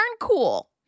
cool